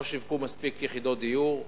לא שיווקו מספיק יחידות דיור.